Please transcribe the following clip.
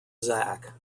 zack